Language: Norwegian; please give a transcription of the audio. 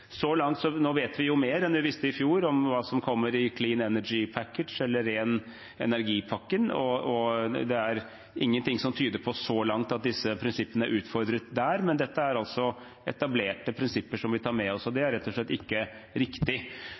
så langt tyder på at disse prinsippene er utfordret der. Dette er altså etablerte prinsipper som vi tar med oss, så det er rett og slett ikke riktig.